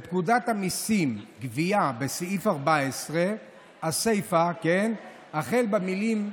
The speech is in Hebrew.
לפקודת המיסים (גבייה) הסיפא החל במילים: